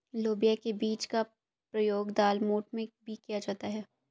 लोबिया के बीज का प्रयोग दालमोठ में भी किया जाता है